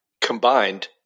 combined